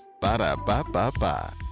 Ba-da-ba-ba-ba